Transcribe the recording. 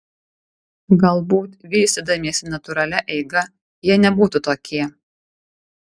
galbūt vystydamiesi natūralia eiga jie nebūtų tokie